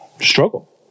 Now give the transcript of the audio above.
struggle